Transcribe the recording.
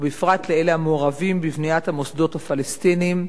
בפרט לאלה המעורבים בבניית המוסדות הפלסטיניים,